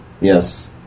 yes